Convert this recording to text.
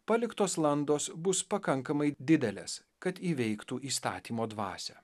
paliktos landos bus pakankamai didelės kad įveiktų įstatymo dvasią